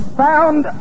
found